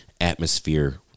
atmosphere